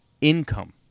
income